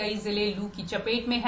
कई जिले लू की चपेट में हैं